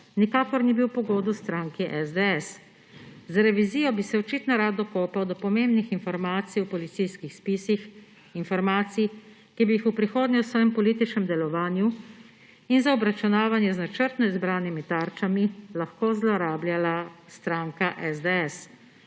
nikakor ni bil po godu stranki SDS. Z revizijo bi se očitno rad dokopal do pomembnih informacij v policijskih spisih, informaciji, ki bi jih v prihodnje v svojem političnem delovanju in za obračunavanje z načrtno izbranimi tarčami lahko zlorabljala stranka SDS.